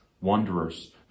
wanderers